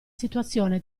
situazione